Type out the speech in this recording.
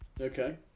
Okay